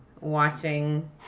watching